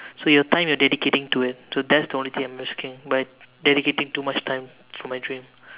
so your time you're dedicating to it so that's the only thing I'm risking by dedicating too much time for my dream